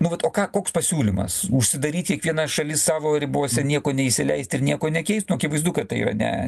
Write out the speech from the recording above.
nu vat o ką koks pasiūlymas užsidaryt kiekviena šalis savo ribose nieko neįsileist ir nieko nekeist nu akivaizdu kad tai yra ne